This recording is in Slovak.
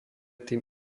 tým